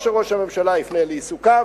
או שראש הממשלה יפנה לעיסוקיו,